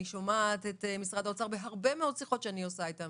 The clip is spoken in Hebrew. ואני שומעת את משרד האוצר בהרבה מאוד שיחות שאני עושה איתם.